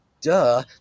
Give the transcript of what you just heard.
duh